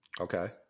Okay